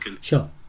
sure